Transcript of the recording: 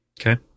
Okay